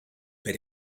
but